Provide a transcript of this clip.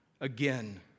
again